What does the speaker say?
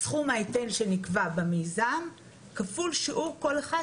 סכום ההיטל שנקבע במיזם כפול שיעור כל אחד,